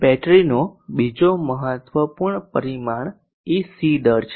બેટરીનો બીજો મહત્વપૂર્ણ પરિમાણ એ C દર છે